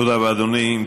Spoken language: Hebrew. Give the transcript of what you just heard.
תודה רבה, אדוני.